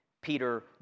Peter